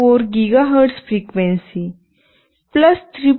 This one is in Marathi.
4 GHz फ्रिक्वेन्सी 3